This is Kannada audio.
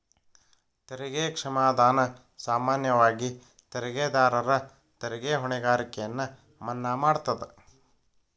ತೆರಿಗೆ ಕ್ಷಮಾದಾನ ಸಾಮಾನ್ಯವಾಗಿ ತೆರಿಗೆದಾರರ ತೆರಿಗೆ ಹೊಣೆಗಾರಿಕೆಯನ್ನ ಮನ್ನಾ ಮಾಡತದ